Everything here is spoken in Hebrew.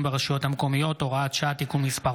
ברשויות המקומיות (הוראת שעה) (תיקון מס'